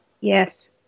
Yes